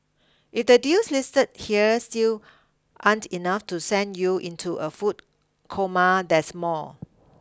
if the deals listed here still aren't enough to send you into a food coma there's more